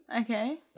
Okay